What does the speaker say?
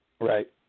Right